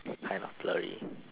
kind of blurry